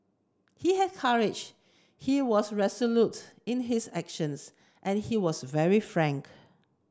he had courage he was resolute in his actions and he was very frank